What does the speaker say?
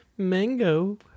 mango